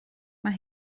mae